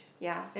ya